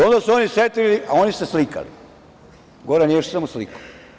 Onda su se oni setili, a oni se slikali, Goran Ješić se samo slikao.